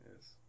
Yes